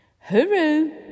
Hooroo